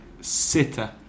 sitter